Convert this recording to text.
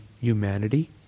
humanity